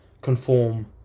conform